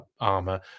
armor